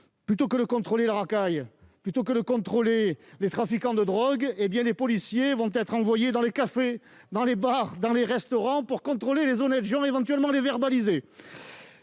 Plutôt que de contrôler la racaille et les trafiquants de drogue, ces policiers vont être envoyés dans les cafés, les bars et les restaurants pour contrôler les honnêtes gens et, éventuellement, les verbaliser.